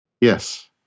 Yes